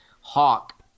Hawk